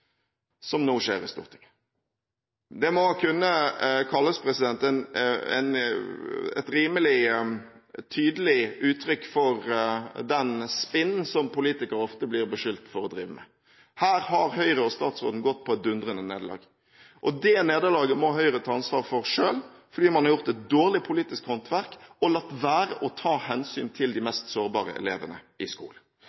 som nå skjer i Stortinget. Det må kunne kalles et rimelig tydelig uttrykk for det «spin» som politikere ofte blir beskyldt for å drive med. Her har Høyre og statsråden gått på et dundrende nederlag, og det nederlaget må Høyre ta ansvaret for selv, fordi man har gjort et dårlig politisk håndverk og latt være å ta hensyn til de